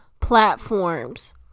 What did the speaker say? platforms